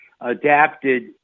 adapted